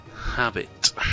Habit